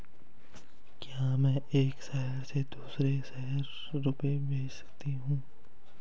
क्या मैं एक शहर से दूसरे शहर रुपये भेज सकती हूँ?